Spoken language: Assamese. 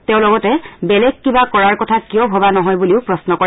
তেওঁ লগতে বেলেগ কিবা কৰাৰ কথা কিয় ভবা নহয় বুলিও প্ৰশ্ন কৰে